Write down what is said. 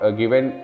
given